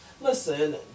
listen